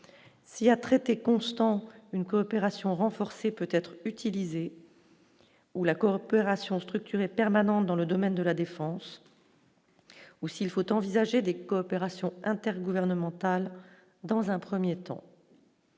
y a traité constant, une coopération renforcée peut-être utilisé ou la coopération structurée permanente dans le domaine de la défense ou s'il faut envisager des coopérations intergouvernementales dans un 1er temps.